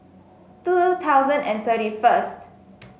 two thousand and thirty first